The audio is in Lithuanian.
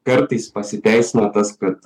kartais pasiteisina tas kad